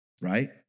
right